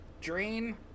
drain